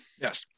yes